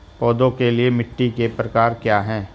पौधों के लिए मिट्टी के प्रकार क्या हैं?